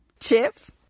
Chef